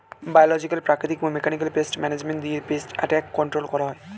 biological, প্রাকৃতিক এবং mechanical pest management দিয়ে পেস্ট অ্যাটাক কন্ট্রোল করা হয়